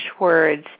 words